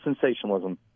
sensationalism